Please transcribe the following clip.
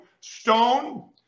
STONE